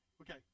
Okay